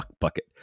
bucket